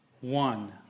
one